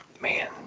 man